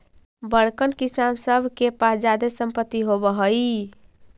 बड़कन किसान सब के पास जादे सम्पत्ति होवऽ हई